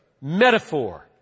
metaphor